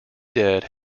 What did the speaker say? dead